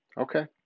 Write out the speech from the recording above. Okay